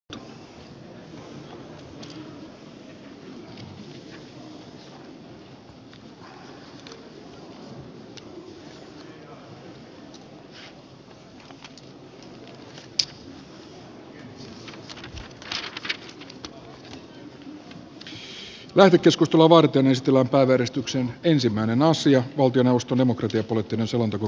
puhemiesneuvosto ehdottaa että asia valtioneuvosto demokratiapoliittinen selonteko